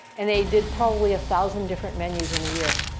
and they did probably a thousand different menus in a year.